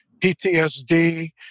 PTSD